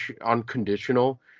unconditional